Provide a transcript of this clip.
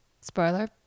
spoiler